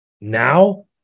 now